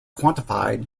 quantified